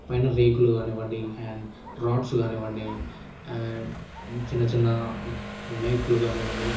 పైన రేకులు కానివ్వండి అండ్ రాడ్స్ కానివ్వండి అండ్ చిన్న చిన్న మేకులు కానివ్వండి